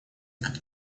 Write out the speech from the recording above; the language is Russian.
как